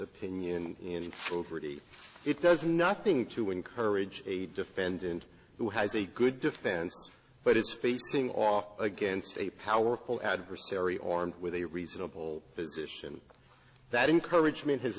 opinion and overdye it does nothing to encourage a defendant who has a good defense but is facing off against a powerful adversary armed with a reasonable position that encouragement h